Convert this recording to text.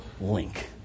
link